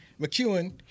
McEwen